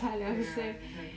ya ya ya sorry